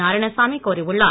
நராயணசாமி கோரியுள்ளார்